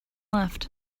left